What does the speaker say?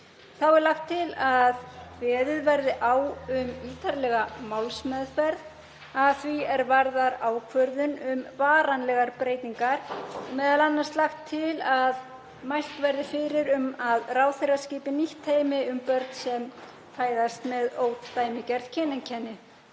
Þá er lagt til að kveðið verði á um ítarlega málsmeðferð að því er varðar ákvörðun um varanlegar breytingar og m.a. lagt til að mælt verði fyrir um að ráðherra skipi nýtt teymi um börn sem fæðast með ódæmigerð kyneinkenni.